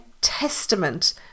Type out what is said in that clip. testament